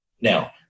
now